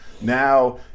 now